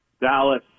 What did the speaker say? Dallas